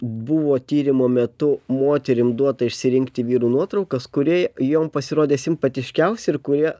buvo tyrimo metu moterim duota išsirinkti vyrų nuotraukas kurie jom pasirodė simpatiškiausi ir kurie